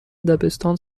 دبستان